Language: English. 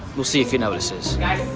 we'll see if he notices.